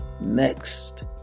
next